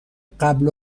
قبل